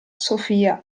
sofia